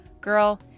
Girl